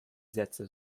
sätze